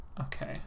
Okay